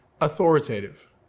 authoritative